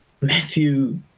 Matthew